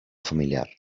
familiar